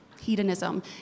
Hedonism